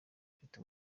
ufite